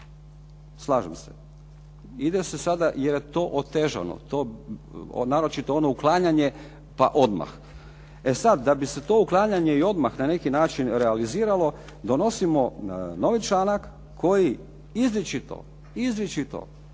Slažem se. Ide se sada jer je to otežano, naročito ono uklanjanje pa odmah. E sad da bi se to uklanjanje i odmah na neki način realiziralo, donosimo novi članak koji izričito, izričito